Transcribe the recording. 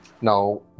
Now